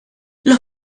los